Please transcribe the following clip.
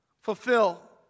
fulfill